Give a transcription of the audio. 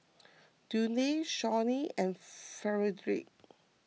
Dudley Shawnee and Frederic